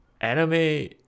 anime